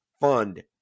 fund